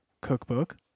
cookbook